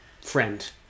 friend